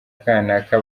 kanaka